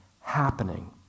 happening